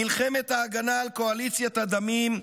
מלחמת ההגנה על קואליציית הדמים,